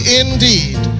indeed